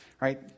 right